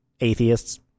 atheists